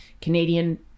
Canadian